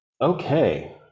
Okay